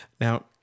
Now